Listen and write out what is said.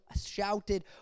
shouted